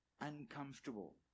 uncomfortable